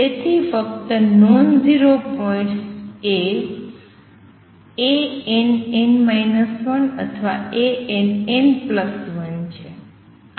તેથી ફક્ત nonzero points એ અથવા છે